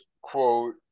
quote